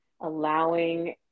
allowing